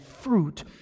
fruit